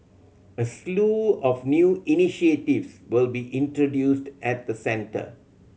a slew of new initiatives will be introduced at the centre